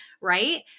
Right